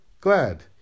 Glad